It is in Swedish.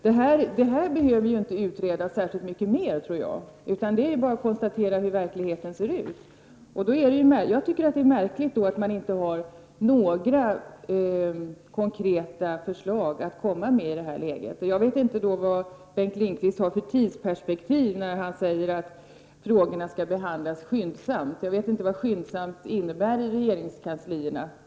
Denna fråga behöver enligt min uppfattning inte utredas särskilt mycket mer, det är bara att konstatera hur verkligheten ser ut. Det är då märkligt att man inte har några konkreta förslag att komma med i detta läge. Jag vet inte vad Bengt Lindqvist har för tidsperspektiv när han säger att frågorna skall behandlas skyndsamt. Jag vet inte vad ”Skyndsamt” innebär i regeringskansliet.